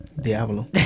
Diablo